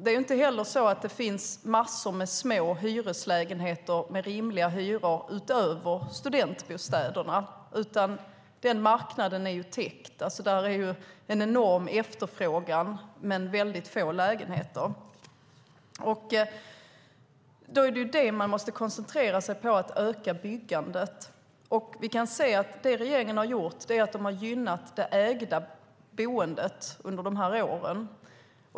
Det är inte heller så att det finns massor med små hyreslägenheter med rimliga hyror utöver studentbostäderna, utan den marknaden är täckt. Det finns en enorm efterfrågan men väldigt få lägenheter. Då måste man koncentrera sig på att öka byggandet. Vi kan se att det regeringen har gjort under de här åren är att gynna det ägda boendet.